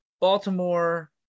Baltimore